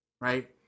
Right